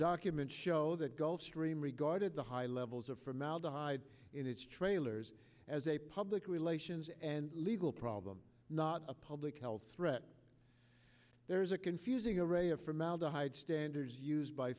documents show that gulf stream regarded the high levels of formaldehyde in its trailers as a public relations and legal problem not a public health threat there is a confusing array of formaldehyde standards used by